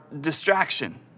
distraction